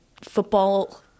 football